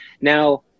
Now